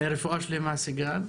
רפואה שלמה, סיגל.